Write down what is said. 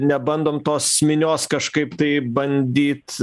nebandom tos minios kažkaip tai bandyt